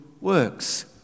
works